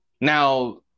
Now